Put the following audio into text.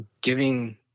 giving